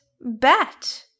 bet